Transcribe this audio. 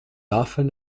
often